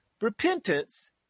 Repentance